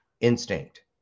instinct